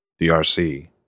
DRC